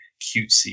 cutesy